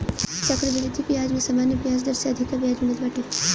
चक्रवृद्धि बियाज में सामान्य बियाज दर से अधिका बियाज मिलत बाटे